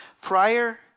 Prior